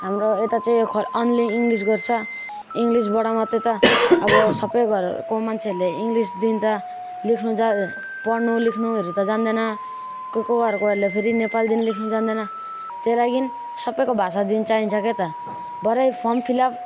हाम्रो यता चाहिँ खोइ अन्ली इङ्ग्लिस गर्छ इङ्ग्लिसबाट मात्र त अब सब घरहरूको मान्छेहरूले इङ्ग्लिसदेखि त लेख्नु जाँदै पढ्नु लेख्नुहरू त जान्दैन को को घरकोहरूले फेरि नेपालदेखि लेख्नु जान्दैन त्यो लागि सबको भाषादेखि चाहिन्छ क्या त भरे फर्म फिल अप